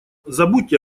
забудьте